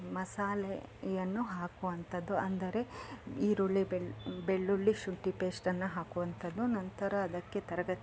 ಮಸಾಲೆಯನ್ನು ಹಾಕುವಂಥದ್ದು ಅಂದರೆ ಈರುಳ್ಳಿ ಬೆಳ್ ಬೆಳ್ಳುಳ್ಳಿ ಶುಂಠಿ ಪೇಸ್ಟನ್ನು ಹಾಕುವಂಥದು ನಂತರ ಅದಕ್ಕೆ ತರಗ